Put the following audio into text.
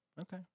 Okay